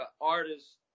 artists